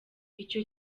icyo